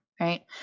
Right